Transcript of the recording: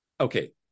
Okay